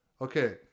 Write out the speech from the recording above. Okay